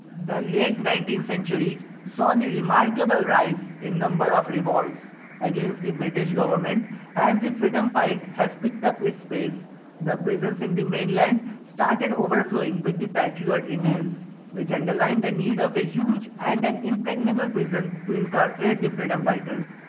the late nineteenth century so and the remarkable rise in number of revolts against the british government as the freedom fight has picked up its pace the prisons in the main land started overflowing with the patriot indians which underline the need of the huge and an impregnable prison to incarcerate the freedom fighters.